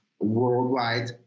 worldwide